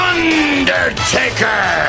Undertaker